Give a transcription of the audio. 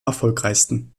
erfolgreichsten